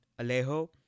Alejo